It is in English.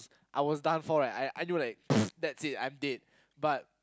I was done for right I knew like that's it I'm dead but